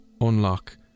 unlock